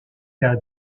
qu’à